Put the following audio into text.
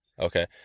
Okay